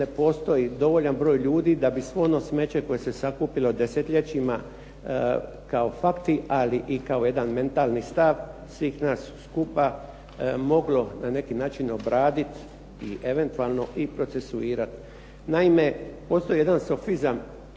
postoji dovoljan broj ljudi da bi svo ono smeće koje se sakupilo desetljećima kao fakti, ali i kako jedan mentalni stav svih nas skupa moglo na neki način obradit i eventualno i procesuirati. Naime, postoji jedan sofizam